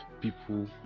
people